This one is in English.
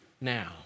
now